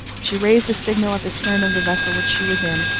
she raised a signal at the stern of the vessel which she was in,